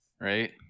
right